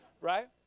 Right